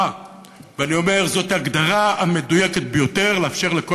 אני אומר שזאת ההגדרה המדויקת ביותר: לאפשר לכל